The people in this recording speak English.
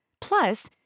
Plus